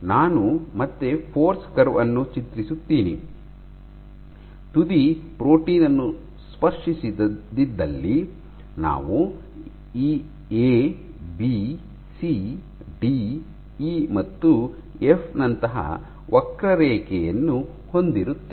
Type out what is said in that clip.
ನಾನು ಮತ್ತೆ force curve ಅನ್ನು ಚಿತ್ರಿಸುತ್ತೀನಿ ತುದಿ ಪ್ರೋಟೀನ್ ಅನ್ನು ಸ್ಪರ್ಶಿಸದಿದ್ದಲ್ಲಿ ನಾವು ಈ A B C D E ಮತ್ತು ಎಫ್ ನಂತಹ ವಕ್ರರೇಖೆಯನ್ನು ಹೊಂದಿರುತ್ತೇವೆ